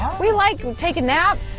we like to take a nap.